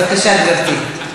בבקשה, גברתי.